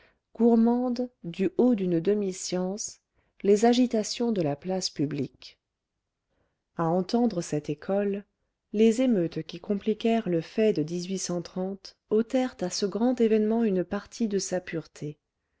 gourmande du haut d'une demi science les agitations de la place publique à entendre cette école les émeutes qui compliquèrent le fait de ôtèrent à ce grand événement une partie de sa pureté